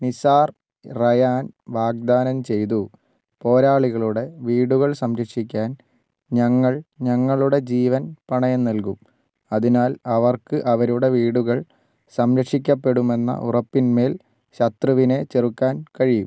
Nisar Rayan വാഗ്ദാനം ചെയ്തു പോരാളികളുടെ വീടുകൾ സംരക്ഷിക്കാൻ ഞങ്ങൾ ഞങ്ങളുടെ ജീവൻ പണയം നൽകും അതിനാൽ അവർക്ക് അവരുടെ വീടുകൾ സംരക്ഷിക്കപ്പെടുമെന്ന ഉറപ്പിൻമേൽ ശത്രുവിനെ ചെറുക്കാൻ കഴിയും